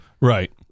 Right